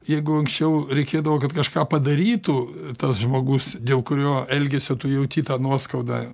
jeigu anksčiau reikėdavo kad kažką padarytų tas žmogus dėl kurio elgesio tu jauti tą nuoskaudą